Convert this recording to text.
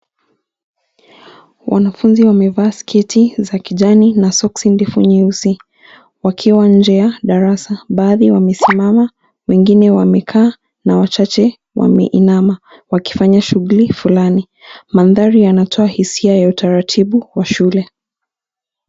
Wanafunzi wamevaa sketi za kijani na soksi ndefu nyeusi, wakiwa nje ya darasa. Baadhi wamesimama, wengine wamekaa, na wachache wameinama wakifanya shughuli fulani. Mandhari yanatoa hisia ya utaratibu wa shule.